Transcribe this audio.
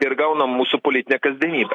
ir gaunam mūsų politinę kasdienybę